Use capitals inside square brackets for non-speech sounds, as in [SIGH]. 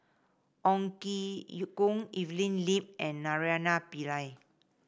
Ong [UNINTELLIGIBLE] Ye Kung Evelyn Lip and Naraina Pillai